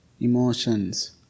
emotions